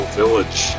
village